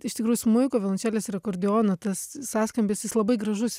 iš tikrųjų smuiko violončelės ir akordeono tas sąskambis jis labai gražus